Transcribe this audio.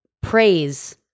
praise